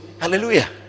Hallelujah